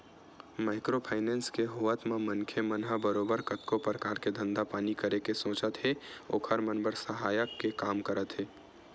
micro finance के होवत म मनखे मन ह बरोबर कतको परकार के धंधा पानी करे के सोचत हे ओखर मन बर सहायक के काम करत हे